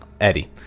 Eddie